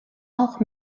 auch